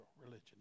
religion